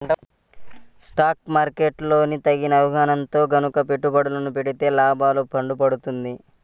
stock market లో తగిన అవగాహనతో గనక పెట్టుబడులను పెడితే లాభాల పండ పండుతుంది